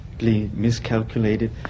miscalculated